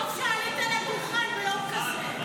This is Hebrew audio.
טוב שעלית על הדוכן ביום כזה.